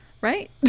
right